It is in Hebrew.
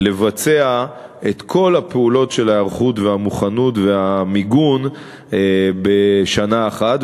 אין יכולת לבצע את כל הפעולות של ההיערכות והמוכנות והמיגון בשנה אחת,